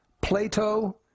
Plato